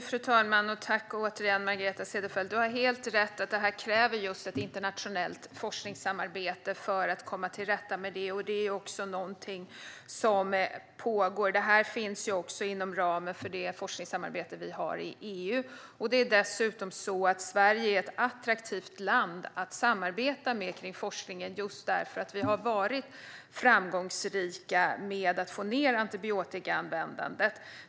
Fru talman! Tack återigen, Margareta Cederfelt! Du har helt rätt i att detta kräver just ett internationellt forskningssamarbete. Det är också något som pågår. Det finns också inom ramen för det forskningssamarbete vi har i EU. Dessutom är Sverige ett attraktivt land att samarbeta med när det gäller denna forskning just därför att vi har varit väldigt framgångsrika i att få ned antibiotikaanvändandet.